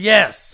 Yes